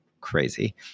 crazy